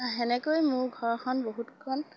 সেনেকৈ মোৰ ঘৰখন বহুতখন